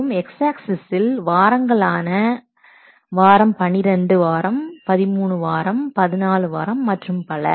மற்றும் X ஆக்சிஸில் வாரங்களான வாரம் 12 வாரம் 13 வாரம் 14 மற்றும் பல